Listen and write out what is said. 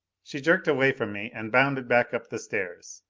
she jerked away from me and bounded back up the stairs.